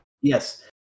Yes